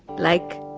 like,